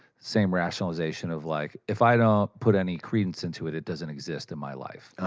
same rationalization of like, if i don't put any credence into it, it doesn't exist in my life.